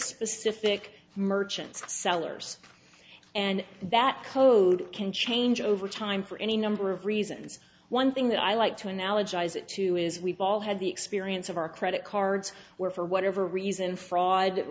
specific merchants sellers and that code can change over time for any number of reasons one thing that i like to analogize it to is we've all had the experience of our credit cards where for whatever reason fraud